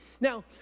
Now